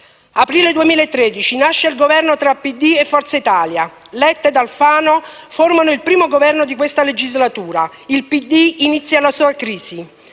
Aprile 2013: nasce il Governo tra PD e Forza Italia. Letta e Alfano formano il primo Governo di questa legislatura, il PD inizia la sua crisi.